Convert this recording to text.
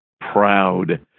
proud